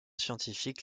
scientifiques